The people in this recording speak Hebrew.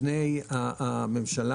לפני הממשלה,